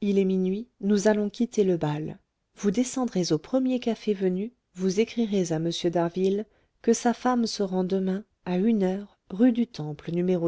il est minuit nous allons quitter le bal vous descendrez au premier café venu vous écrirez à m d'harville que sa femme se rend demain à une heure rue du temple n